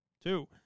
Two